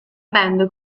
band